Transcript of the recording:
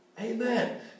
Amen